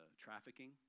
trafficking